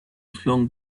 flung